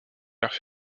gare